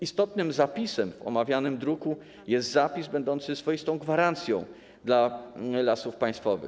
Istotnym zapisem w omawianym druku jest zapis będący swoistą gwarancją dla Lasów Państwowych.